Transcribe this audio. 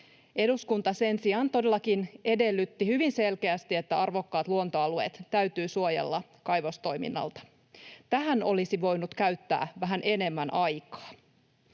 Eduskunta sen sijaan todellakin edellytti hyvin selkeästi, että arvokkaat luontoalueet täytyy suojella kaivostoiminnalta. Tähän olisi voinut käyttää vähän enemmän aikaa.